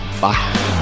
Bye